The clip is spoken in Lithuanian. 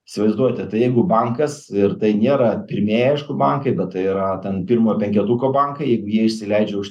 įsivaizduojate tai jeigu bankas ir tai nėra pirmieji aišku bankai bet tai yra ten pirmo penketuko bankai jeigu jie išsileidžia už